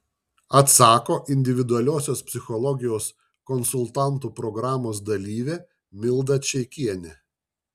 atsako individualiosios psichologijos konsultantų programos dalyvė milda čeikienė